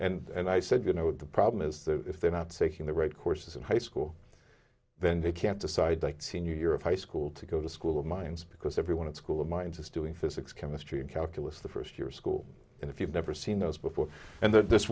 that and i said you know what the problem is that if they're not seeking the right courses in high school then they can't decide that senior year of high school to go to school of mines because everyone at school of mines is doing physics chemistry and calculus the first year of school and if you've never seen those before and that this